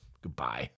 Goodbye